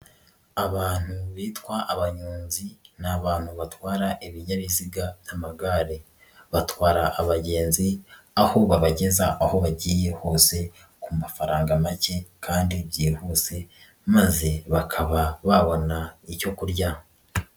Abantu bitwa abanyonzi ni abantu batwara ibinyabiziga by'amagare, batwara abagenzi aho babageza aho bagiye hose ku mafaranga make kandi byihuse maze bakaba babona icyo kurya.